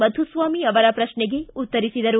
ಮಧುಸ್ವಾಮಿ ಅವರ ಪ್ರಶ್ನೇಗೆ ಉತ್ತರಿಸಿದರು